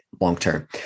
long-term